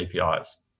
apis